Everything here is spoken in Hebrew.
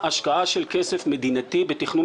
-- עורכת הדין כרמית יוליס שנמצאת כאן מאחוריי -- לא מכיר.